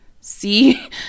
see